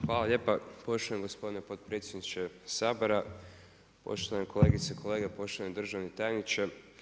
Hvala lijepa poštovani gospodine potpredsjedniče Sabora, poštovane kolegice i kolege, poštovani državni tajniče.